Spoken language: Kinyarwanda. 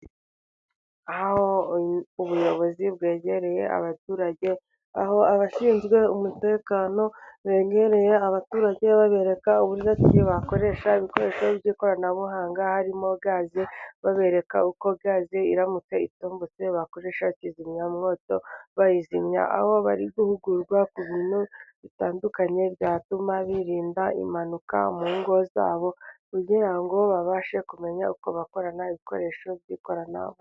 Aho ubuyobozi bwegereye abaturage, aho abashinzwe umutekano begereye abaturage babereka uburyo ki bakoresha ibikoresho by'ikoranabuhanga harimo gaze, babereka uko gaze iramutse itombotse bakoresha kizimyamwoto bayizimya, aho bari guhugurwa ku bintu bitandukanye byatuma birinda impanuka mu ngo zabo, kugira ngo babashe kumenya uko bakorana n'ibikoresho by'ikoranabuhanga.